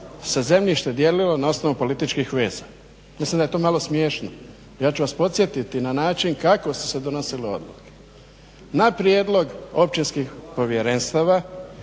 se zemljište dijelilo na osnovu političkih veza. Mislim da je to malo smiješno. Ja ću vas podsjetiti na način kako su se donosile odluke. Na prijedlog općinskih povjerenstava,